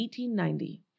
1890